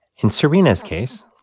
in serena's case,